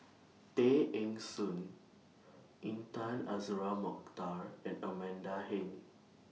Tay Eng Soon Intan Azura Mokhtar and Amanda Heng